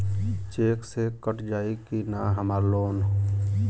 Check से कट जाई की ना हमार लोन?